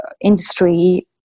industry